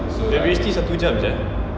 W_H_D satu jam sia